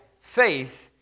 faith